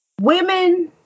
women